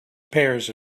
pairs